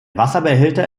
wasserbehälter